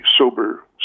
sober